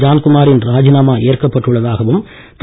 ஜான்குமாரின் ராஜினாமா ஏற்கப் பட்டுள்ளதாகவும் திரு